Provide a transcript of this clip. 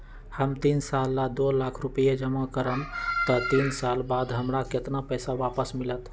हम तीन साल ला दो लाख रूपैया जमा करम त तीन साल बाद हमरा केतना पैसा वापस मिलत?